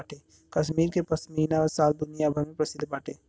कश्मीर के पश्मीना शाल दुनिया भर में प्रसिद्ध बाटे